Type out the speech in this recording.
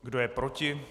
Kdo je proti?